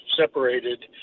separated